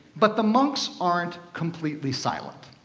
but the monks aren't completely silent.